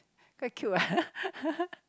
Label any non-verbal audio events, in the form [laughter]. quite cute ah [laughs]